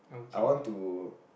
I want to